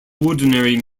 ordinary